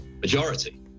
majority